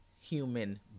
human